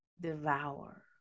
devour